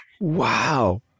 Wow